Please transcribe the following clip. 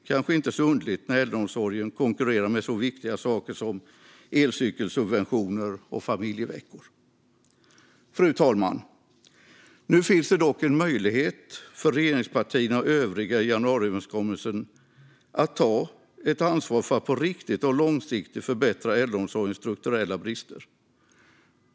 Det kanske inte är så underligt när äldreomsorgen konkurrerar med så viktiga saker som elcykelsubventioner och familjeveckor. Fru talman! Nu finns det dock en möjlighet för regeringspartierna och övriga i januariöverenskommelsen att ta ansvar för att på riktigt och långsiktigt förbättra äldreomsorgens strukturella brister.